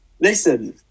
listen